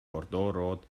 bordeauxrood